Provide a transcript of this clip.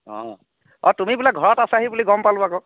অ অ তুমি বোলে ঘৰত আছাহি বুলি গম পালোঁ আকৌ